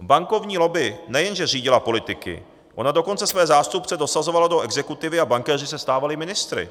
Bankovní lobby nejenže řídila politiky, ona dokonce své zástupce dosazovala do exekutivy a bankéři se stávali ministry.